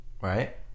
Right